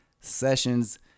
sessions